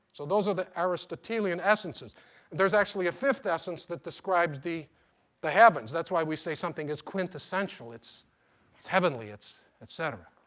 so those are the aristotelian essences. and there's actually a fifth essence that describes the the heavens. that's why we say something is quintessential. it's it's heavenly, it's et cetera.